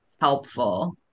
helpful